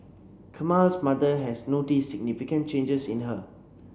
Camille's mother has noticed significant changes in her